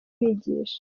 bigisha